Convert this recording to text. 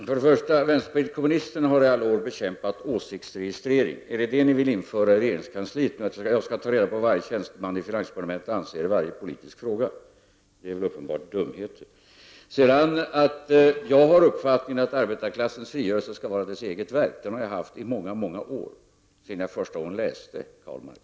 Herr talman! Vänsterpartiet kommunisterna har i alla år bekämpat åsiktsregistrering. Är det en sådan ni vill införa i regeringskansliet, när ni vill att jag skall ta reda på vad varje tjänstemän i finansdepartementet anser i varje politisk fråga? Det är uppenbarligen dumheter. Uppfattningen att arbetarklassens frigörelse skall vara dess eget verk har jag haft i många år, dvs. alltsedan jag första gången läste Karl Marx.